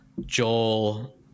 Joel